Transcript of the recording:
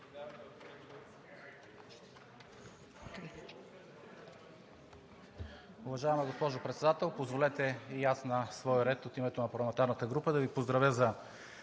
Уважаема госпожо Председател, позволете и аз на свой ред от името на парламентарната група да Ви поздравя за